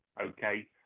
okay